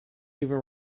even